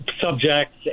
subjects